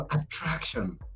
attraction